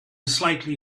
slightly